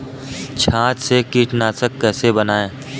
छाछ से कीटनाशक कैसे बनाएँ?